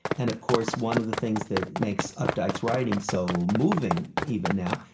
and of course, one of the things that makes updike's writing so moving, even now,